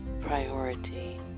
priority